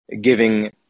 giving